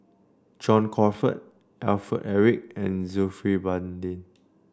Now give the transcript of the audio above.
John Crawfurd Alfred Eric and Zulkifli Baharudin